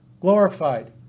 glorified